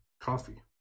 coffee